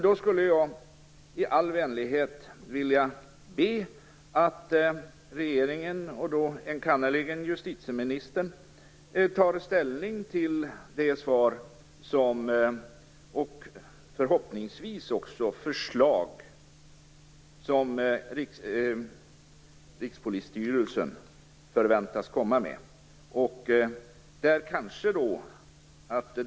Då skulle jag i all vänlighet vilja be att regeringen, och då enkannerligen justitieministern, tar ställning till det svar och förhoppningsvis också de förslag som Rikspolisstyrelsen förväntas komma med.